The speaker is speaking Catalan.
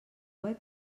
web